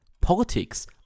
politics